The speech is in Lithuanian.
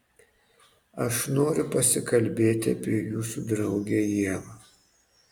aš noriu pasikalbėti apie jūsų draugę ievą